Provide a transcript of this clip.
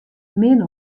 min